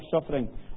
suffering